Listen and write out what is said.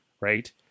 right